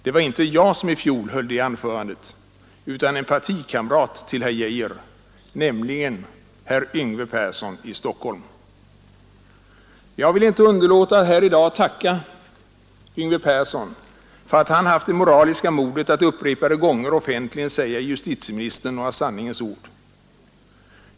Det var inte jag som i fjol höll det anförandet utan en partikamrat till herr Geijer, nämligen herr Yngve Persson i Stockholm. Jag vill inte underlåta att här i dag tacka herr Persson för att han haft det moraliska modet att upprepade gånger offentligen säga justitieministern några sanningens ord.